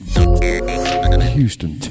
Houston